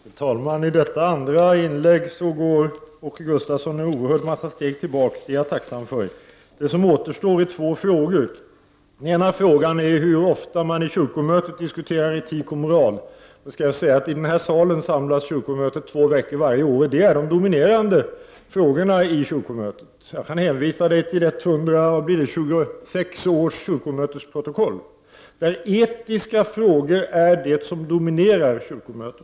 Fru talman! I detta andra inlägg går Åke Gustavsson en oerhörd massa steg tillbaka, och det är jag tacksam för. Det som återstår är två frågor. Den ena frågan gäller hur ofta kyrkomötet diskuterar etik och moral. På den frågan vill jag svara att kyrkomötet samlas i den här salen två veckor varje år. Etik och moral är de dominerande frågorna vid kyrkomötets förhandlingar. Jag kan hänvisa Åke Gustavsson till 126 års kyrkomötesprotokoll som visar att etiska frågor är det som dominerar under kyrkomötet.